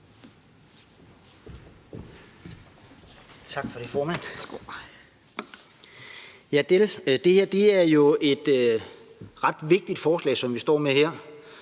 Tak for det, formand.